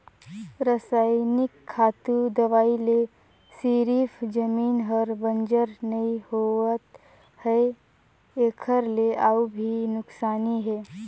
रसइनिक खातू, दवई ले सिरिफ जमीन हर बंजर नइ होवत है एखर ले अउ भी नुकसानी हे